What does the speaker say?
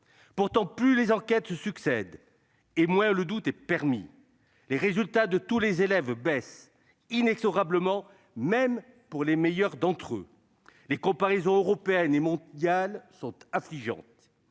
Pourtant, plus les enquêtes se succèdent et moins le doute est permis : les résultats de tous les élèves baissent inexorablement, même pour les meilleurs d'entre eux. Les comparaisons européennes et mondiales sont affligeantes.